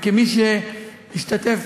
כמי שהשתתף,